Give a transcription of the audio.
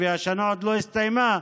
והשנה עוד לא הסתיימה,